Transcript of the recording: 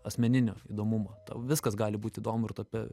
asmeninio įdomumo tau viskas gali būt įdomu ir tu apie